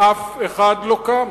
אף אחד לא קם.